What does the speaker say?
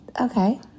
Okay